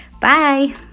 Bye